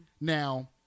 Now